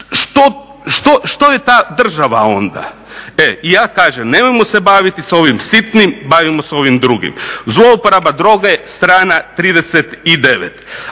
Što je ta država onda? I ja kažem nemojmo se bavit s ovim sitnim, bavimo se ovim drugim. Zlouporaba droga je strana 39.